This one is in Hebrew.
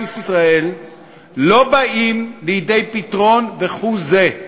ישראל לא באים לידי פתרון כהוא-זה.